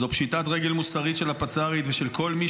זו פשיטת רגל מוסרית של הפצ"רית ושל כל מי